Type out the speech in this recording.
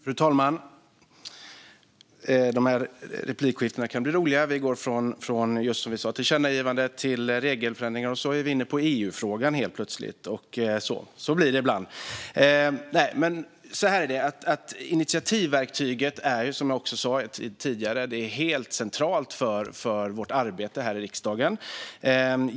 Fru talman! De här replikskiftena kan bli roliga - vi gick från tillkännagivanden till regelförändringar, och helt plötsligt var vi inne på EU-frågan. Så blir det ibland. Initiativverktyget är, som jag sa tidigare, helt centralt för vårt arbete här i riksdagen.